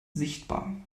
sichtbar